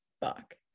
fuck